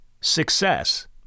success